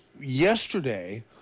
yesterday